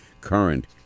current